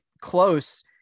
close